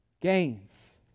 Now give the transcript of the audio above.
gains